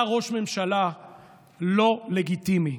אתה ראש ממשלה לא לגיטימי.